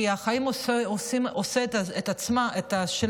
כי החיים עושים את שלהם,